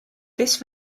this